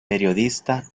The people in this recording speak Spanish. periodista